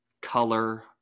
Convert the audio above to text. color